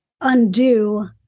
undo